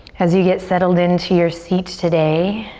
as you get settled into your seat today,